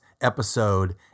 episode